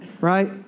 right